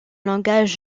langage